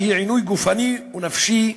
שהיא עינוי גופני ונפשי,